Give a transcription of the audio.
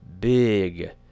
big